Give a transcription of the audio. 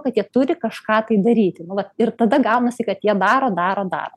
kad jie turi kažką tai daryti nu vat ir tada gaunasi kad jie daro daro daro